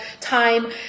time